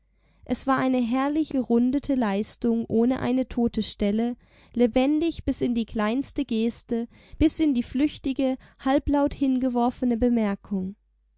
es war eine herrlich gerundete leistung ohne eine tote stelle lebendig bis in die kleinste geste bis in die flüchtige halblaut hingeworfene bemerkung